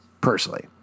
personally